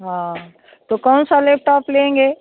हाँ तो कौन सा लेपटॉप लेंगे